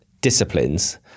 disciplines